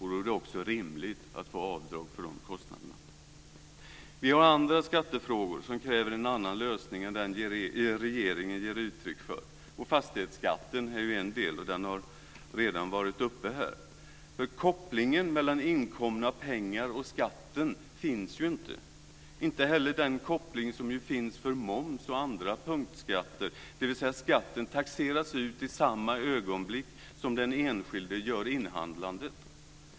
Då är det också rimligt att få göra avdrag för de kostnaderna. Vi har andra skattefrågor som kräver en annan lösning än den som regeringen ger uttryck för. Fastighetsskatten är en del; den saken har ju redan varit uppe här. En koppling mellan inkomna pengar och skatten finns ju inte, inte heller när det gäller moms och andra punktskatter - dvs. skatten taxeras ut i samma ögonblick som den enskilde gör inhandlandet.